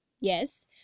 Yes